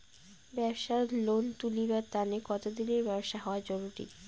ব্যাবসার লোন তুলিবার তানে কতদিনের ব্যবসা হওয়া জরুরি?